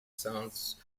sounds